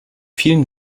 vielen